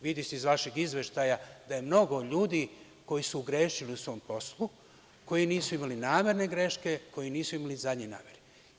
Vidi se iz vašeg izveštaja da je mnogo ljudi koji su grešili u svom poslu, koji nisu imali namerne greške, koji nisu imali zadnje namere.